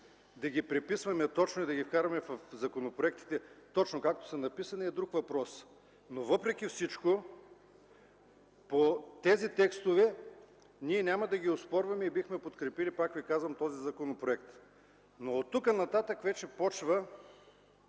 да ги преписваме точно и да ги вкарваме в законопроектите, точно както са написани. Това е друг въпрос. Но въпреки всичко тези текстове ние няма да ги оспорваме и бихме подкрепили, пак ви казвам, този законопроект. Но оттук нататък вече започва